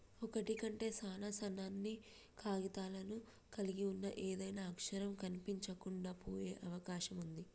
ఒకటి కంటే సాన సన్నని కాగితాలను కలిగి ఉన్న ఏదైనా అక్షరం కనిపించకుండా పోయే అవకాశం ఉంది